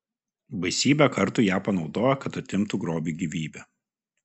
baisybę kartų ją panaudojo kad atimtų grobiui gyvybę